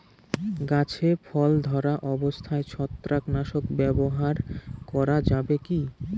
গাছে ফল ধরা অবস্থায় ছত্রাকনাশক ব্যবহার করা যাবে কী?